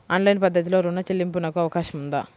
Online పద్ధతిలో రుణ చెల్లింపునకు అవకాశం ఉందా?